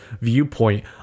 viewpoint